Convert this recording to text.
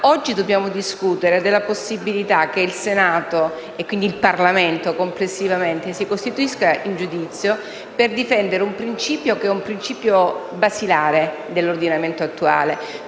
oggi dobbiamo discutere della possibilità che il Senato, e quindi il Parlamento complessivamente, si costituisca in giudizio per difendere un principio che è basilare nell'ordinamento attuale.